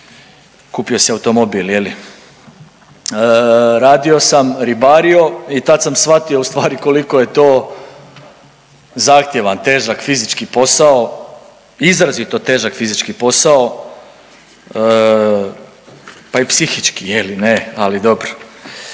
kupio si automobil je li. Radio sam ribario i tad sam shvatio ustvari koliko je to zahtjevan, težak fizički posao, izrazito težak fizički posao pa i psihički je li ne, ali dobro.